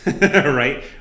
right